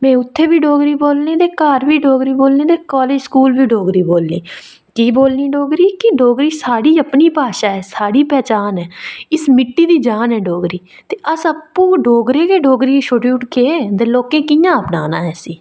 में उत्थै बी डोगरी बोलनी ते घर बी डोगरी बोलनी ते कालेज स्कूल बी डोगरी बोलनी कि बोलनी डोगरी कि के डोगरी साढ़ी अपनी भाशा ऐ साढ़ी पनछान ऐ इस मिट्टी दी जान ऐ डोगरी ते अस आपूं डोगरें गै डोगरी गी छोड़ी ओड़गे ते लोके कि'यां अपनाना ऐ इसी